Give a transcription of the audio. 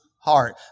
heart